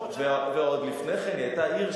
ועוד לפני היא היתה עיר,